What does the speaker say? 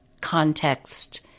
context